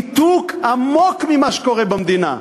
מנותק ניתוק עמוק ממה שקורה במדינה.